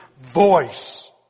voice